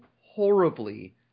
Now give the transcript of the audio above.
horribly